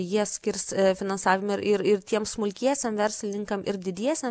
jie skirs finansavimą ir ir tiem smulkiesiem verslininkam ir didiesiem